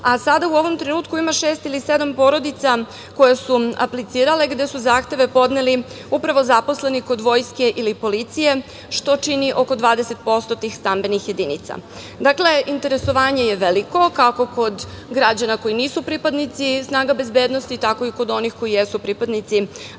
Sada u ovom trenutku ima šest ili sedam porodica koje su aplicirale, gde su zahteve podneli upravo zaposleni kod Vojske ili policije, što čini oko 20% tih stambenih jedinica. Dakle, interesovanje je veliko, kako kod građana koji nisu pripadnici snaga bezbednosti, tako i kod onih koji jesu pripadnici